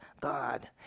God